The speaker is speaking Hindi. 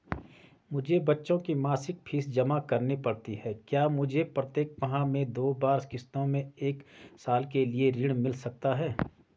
मुझे बच्चों की मासिक फीस जमा करनी पड़ती है क्या मुझे प्रत्येक माह में दो बार किश्तों में एक साल के लिए ऋण मिल सकता है?